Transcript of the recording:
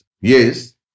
Yes